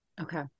Okay